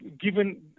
Given